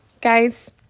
guys